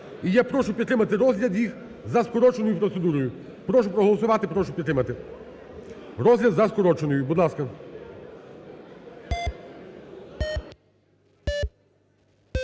І я прошу підтримати розгляд їх за скороченою процедурою. Прошу проголосувати, прошу підтримати. Розгляд за скороченою, будь ласка.